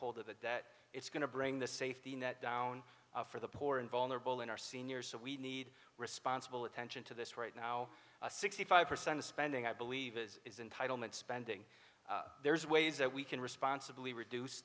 hold of it that it's going to bring the safety net down for the poor and vulnerable in our seniors so we need responsible attention to this right now sixty five percent of spending i believe is in title meant spending there's ways that we can responsibly reduce